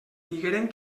digueren